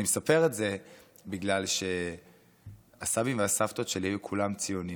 אני מספר את זה בגלל שהסבים והסבתות שלי היו כולם ציונים,